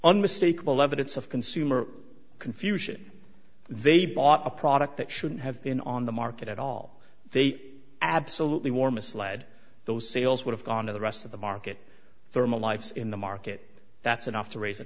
unmistakable evidence of consumer confusion they bought a product that shouldn't have been on the market at all they absolutely wore misled those sales would have gone to the rest of the market thermal lifes in the market that's enough to raise